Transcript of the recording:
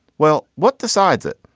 well, what decides it?